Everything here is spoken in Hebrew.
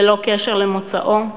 ללא קשר למוצאו,